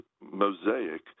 mosaic